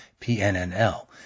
PNNL